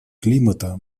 климата